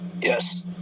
Yes